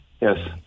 yes